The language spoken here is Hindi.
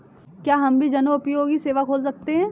क्या हम भी जनोपयोगी सेवा खोल सकते हैं?